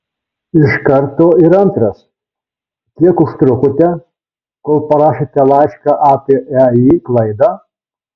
iš karto ir antras kiek užtrukote kol parašėte laišką apie ei klaidą